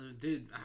Dude